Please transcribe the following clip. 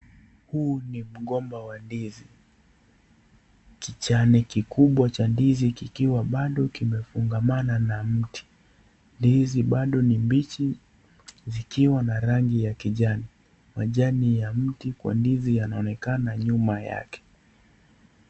Huu ni mgomba wa ndizi, kijani kikubwa cha ndizi kikiwa bado kimefungamana na mti, ndizi bado ni mbichi vikiwa na rangi ya kijani, majani ya mti kwa ndizi yanaonekana nyuma yake.